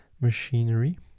machinery